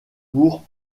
pour